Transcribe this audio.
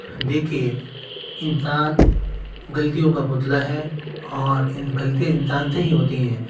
دیکھیے انسان گلطیوں کا پتلا ہے اور گلطیاں انسان سے ہی ہوتی ہیں